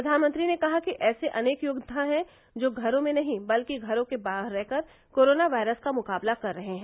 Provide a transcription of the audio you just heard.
प्रधानमंत्री ने कहा कि ऐसे अनेक योद्वा हैं जो घरों में नहीं बल्कि घरों के बाहर रहकर कोरोना वायरस का मुकाबला कर रहे हैं